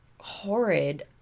horrid